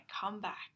comeback